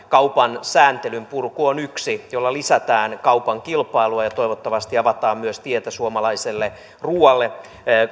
kaupan sääntelyn purku on yksi jolla lisätään kaupan kilpailua ja ja toivottavasti avataan myös tietä suomalaiselle ruualle